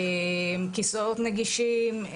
כיסאות נגישים,